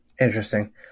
Interesting